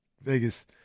Vegas